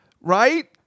right